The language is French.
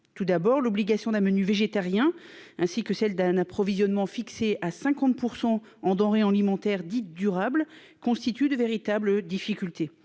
tout d'abord, l'obligation d'un menu végétarien, ainsi que celle d'un approvisionnement fixé à 50 pour 100 en Reyhanli montèrent dites durable constituent de véritables difficultés,